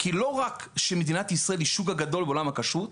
כי לא רק שמדינת ישראל היא שוק גדול בעולם הכשרות,